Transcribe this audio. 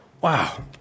Wow